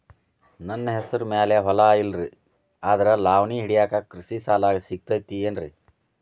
ನನ್ನ ಹೆಸರು ಮ್ಯಾಲೆ ಹೊಲಾ ಇಲ್ಲ ಆದ್ರ ಲಾವಣಿ ಹಿಡಿಯಾಕ್ ಕೃಷಿ ಸಾಲಾ ಸಿಗತೈತಿ ಏನ್ರಿ?